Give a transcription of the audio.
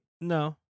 No